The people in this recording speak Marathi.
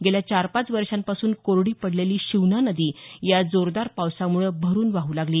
गेल्या चार पाच वर्षापासून कोरडी पडलेली शिवना नदी या जोरदार पावसाम्ळं भरून वाहू लागली